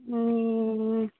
ए